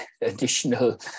additional